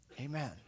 Amen